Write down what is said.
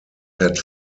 had